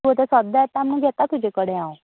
तूं आतां सद्दा येता म्हूण घेता तुजे कडेन हांव